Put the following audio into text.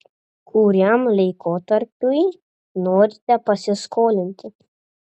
kuriam laikotarpiui norite pasiskolinti